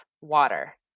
water